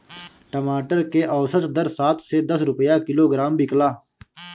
टमाटर के औसत दर सात से दस रुपया किलोग्राम बिकला?